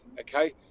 okay